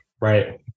right